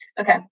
Okay